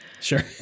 sure